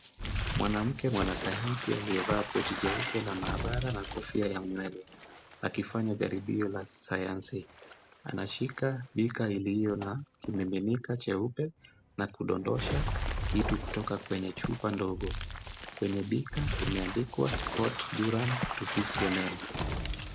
Mwanamke mwanasayansi aliyevaa koti jeupe la maabara na kofia ya nywele akifanya jaribio la sayansi. Anashika bika iliyo na kimiminika cheupe na kudondosha kitu kutoka kwenye chupa ndogo. Kwenye bika imeandikwa scott dura 250ml .